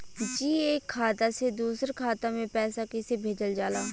जी एक खाता से दूसर खाता में पैसा कइसे भेजल जाला?